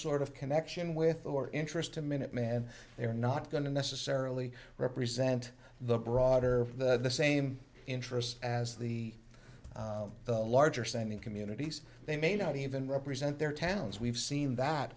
sort of connection with or interest to minuteman they're not going to necessarily represent the broader the same interests as the larger standing communities they may not even represent their towns we've seen that